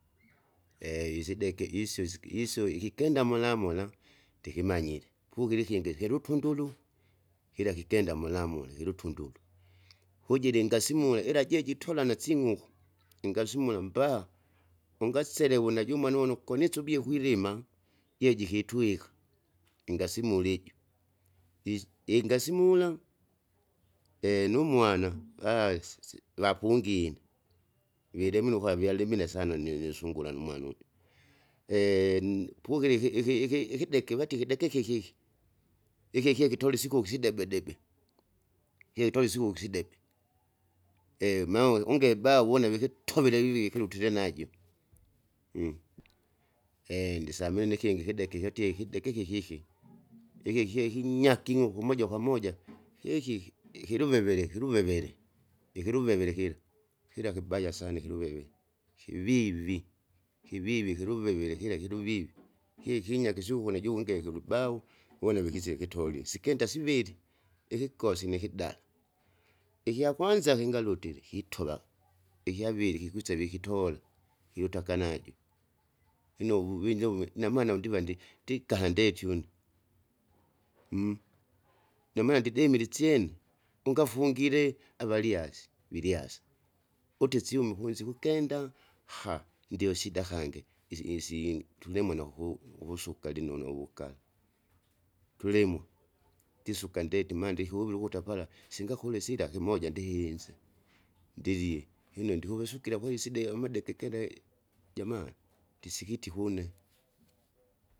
isideke isyo siki isyo ikikenda molamola, ndikimanyire, pukilikindi kilutunduru, kila kikenda molamola kilutunduru, kojile ingasimula ila jejitola nasing'uku, ingasimula mbaa. Ungaselewe najumwana une konisubie kwilima, jeji kitwika, ingasimule ijo, isi ingasimula? numwana baasi si- vapungine, vilemuluka vyalimine sana ni- nisungura numwana ujo. ni- pukile iki- iki- iki- ikideke vatie ikideke vatie kikiki, iki kye kitola isiku isidebe debe, kye kitola isiku isidebe. maowe ungebao wuna vikitovile vivikile utile najo, ndisamile nikingi ikideke ikideke hetie ikideke kikiki iki kye kinnyaki ing'uku moja kwamoja kyekiki ikiluvevele kiluvevele, ikiluvevele kila, kila kibaya sana ikiluveve, kivivi, kivivi ikiluvevele kila kiluvivi kyekinyake kisyukuna najungekele ulubau uwona vikise kitolie. Sikenda siviri, ikikosi nikidali, ikyakwanza kingalutile, kitova ikyaviri kikwiseve ikitola kilute akanajo lino uvuvinje wume inamaana undiva ndi- ndinkaha ndeti une, inamaana ndidimile isyene, ungafungile avalyasi, vilyasa. Utisyume ukunzi ukukenda ndio sida kangi isi insingi tulemwna kuku kukusukali nunu wuka, tulimwe, tisuka ndeti maa ndikiuvili ukuta pala, singakule sila kimoja ndihinze, ndilie lino ndikuvasukila kweli iside amadeke kele, jamani ndisikitika une.